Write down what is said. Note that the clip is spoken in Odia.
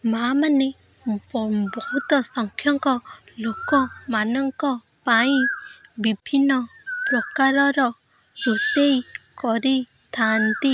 ମାଁ ମାନେ ବହୁତ ସଂଖ୍ୟକ ଲୋକମାନଙ୍କ ପାଇଁ ବିଭିନ୍ନ ପ୍ରକାରର ରୋଷେଇ କରିଥାନ୍ତି